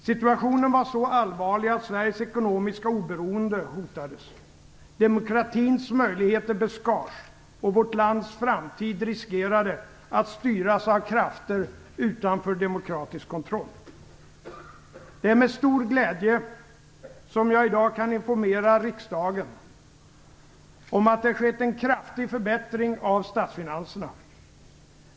Situationen var så allvarlig att Sveriges ekonomiska oberoende hotades. Demokratins möjligheter beskars och vårt lands framtid riskerade att styras av krafter utanför demokratisk kontroll. Det är med stor glädje som jag i dag kan informera riksdagen om att det har skett en kraftig förbättring av statsfinanserna.